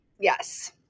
Yes